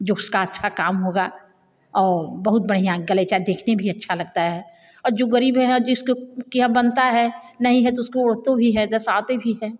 जो उसका अच्छा काम होगा और बहुत बढ़िया गलीचा देखने भी अच्छा लगता है और जो ग़रीब हैं यहाँ जिसके यहाँ बनता है नहीं है तो उसको ओढ़तो भी है जसाते भी है